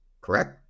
correct